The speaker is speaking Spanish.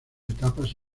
etapas